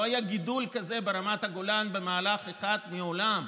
לא היה גידול כזה ברמת הגולן במהלך אחד מעולם.